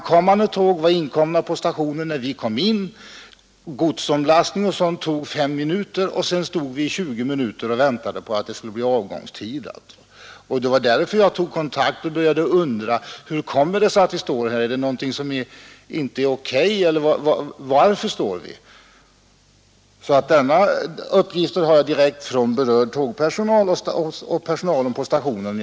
Ankommande tåg hade kommit in på stationen när vi kom in, godsomlastningen tog fem minuter, sedan stod vi i 15—20 minuter och väntade på avgångstid. Det var därför som jag tog kontakt med personalen och frågade: Hur kommer det sig att vi står här? Är det någonting som inte är OK? Jag har alltså mina uppgifter direkt från den berörda tågpersonalen och av personalen på stationerna.